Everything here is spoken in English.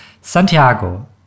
Santiago